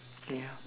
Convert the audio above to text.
ya